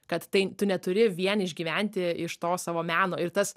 kad tai tu neturi vien išgyventi iš to savo meno ir tas